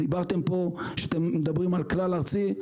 דיברתם פה על כלל ארצי,